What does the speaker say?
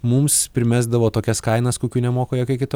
mums primesdavo tokias kainas kokių nemoka jokia kita